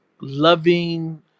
loving